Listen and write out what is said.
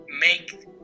make